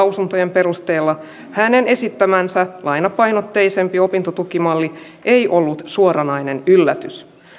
perusteella hänen esittämänsä lainapainotteisempi opintotukimalli ei ollut suoranainen yllätys